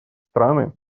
страны